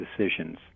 decisions